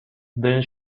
then